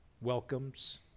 welcomes